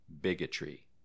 bigotry